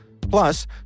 Plus